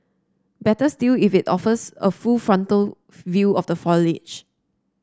better still if it offers a full frontal view of the foliage